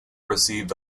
received